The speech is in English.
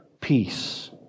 peace